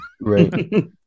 right